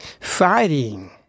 Fighting